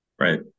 Right